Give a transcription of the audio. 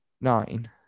Nine